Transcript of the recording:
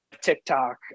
TikTok